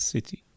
City